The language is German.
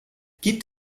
gibt